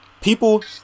People